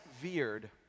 veered